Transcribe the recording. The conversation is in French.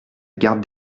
garde